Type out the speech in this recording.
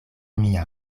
mia